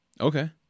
Okay